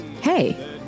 Hey